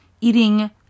eating